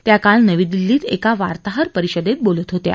त्या काल नवी दिल्लीत एका वार्ताहर परिषदेत बोलत होत्या